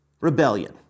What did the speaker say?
rebellion